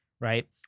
right